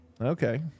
Okay